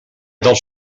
del